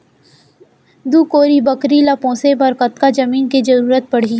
दू कोरी बकरी ला पोसे बर कतका जमीन के जरूरत पढही?